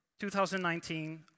2019